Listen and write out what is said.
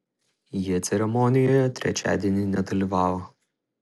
jie ceremonijoje trečiadienį nedalyvavo